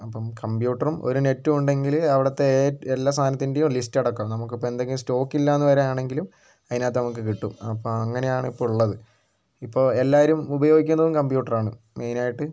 അപ്പം കമ്പ്യൂട്ടറും ഒരു നെറ്റും ഉണ്ടെങ്കിൽ അവിടുത്തെ എല്ലാ സാധനത്തിൻ്റേയും ലിസ്റ്റടക്കം നമുക്കിപ്പം എന്തെങ്കിലും സ്റ്റോക്കില്ലയെന്നു വരികയാണെങ്കിലും അതിനകത്തു നമുക്ക് കിട്ടും അപ്പം അങ്ങനെയാണിപ്പോൾ ഉള്ളത് ഇപ്പോൾ എല്ലാവരും ഉപയോഗിക്കുന്നതും കമ്പ്യൂട്ടറാണ് മെയിനായിട്ട്